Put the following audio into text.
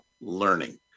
learning